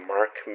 Mark